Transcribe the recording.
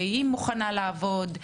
שמוכנה לעבוד.